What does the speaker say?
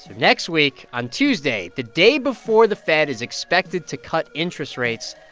next week, on tuesday, the day before the fed is expected to cut interest rates,